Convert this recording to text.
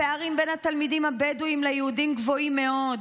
הפערים בין התלמידים הבדואים ליהודים גבוהים מאוד,